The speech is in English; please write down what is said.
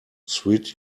suit